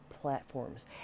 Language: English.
platforms